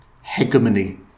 hegemony